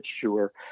Sure